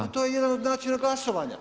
Pa to je jedan od načina glasovanja.